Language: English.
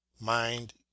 mind